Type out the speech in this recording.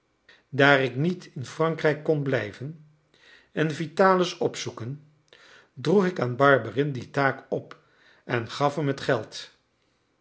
daar ik niet in frankrijk kon blijven en vitalis opzoeken droeg ik aan barberin die taak op en gaf hem het geld